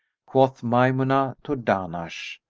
quoth maymunah to dahnash,